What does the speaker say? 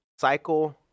Cycle